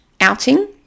outing